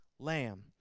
lamb